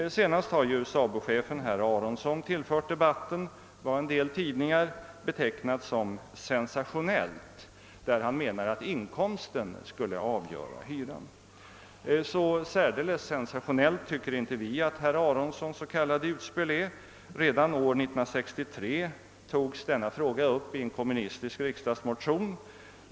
Senast har SABO-chefen herr Aronson tillfört debatten vad en del tidningar betecknat som »ett sensationellt utspel». Han menar att inkomsten skall avgöra hyran. Så särdeles sensationellt tycker inte vi att herr Aronsons utspel är, redan 1963 togs denna fråga upp i en kommunistisk riksdagsmotion.